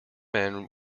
men